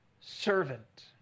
servant